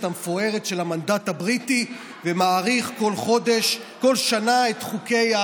המפוארת של המנדט הבריטי ומאריך כל שנה את חוקי,